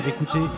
d'écouter